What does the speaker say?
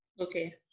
Okay